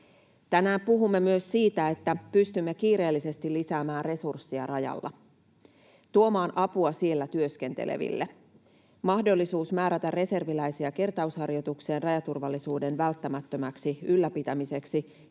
Tänään puhumme myös siitä, että pystymme kiireellisesti lisäämään resursseja rajalla, tuomaan apua siellä työskenteleville. Mahdollisuus määrätä reserviläisiä kertausharjoituksiin rajaturvallisuuden välttämättömäksi ylläpitämiseksi